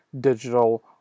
digital